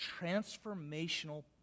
transformational